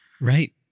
Right